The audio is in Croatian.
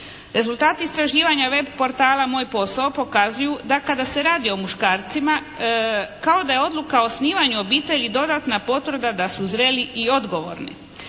Rezultati istraživanja web portala Moj posao pokazuju da kada se radi o muškarcima kao da je odluka o osnivanju obitelji dodatna potvrda da su zreli i odgovorni.